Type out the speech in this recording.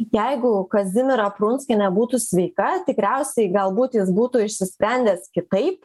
jeigu kazimiera prunskienė būtų sveika tikriausiai galbūt jis būtų išsisprendęs kitaip